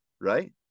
right